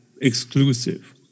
exclusive